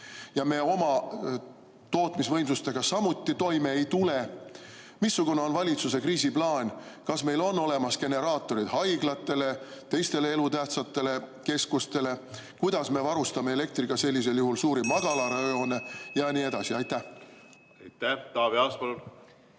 ja meie oma tootmisvõimsustega samuti toime ei tule? Missugune on valitsuse kriisiplaan? Kas meil on olemas generaatorid haiglatele ja teistele elutähtsatele keskustele? Kuidas me varustame elektriga sellisel juhul suuri magalarajoone ja nii edasi? Taavi Aas,